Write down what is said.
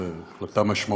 זו החלטה משמעותית.